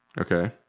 Okay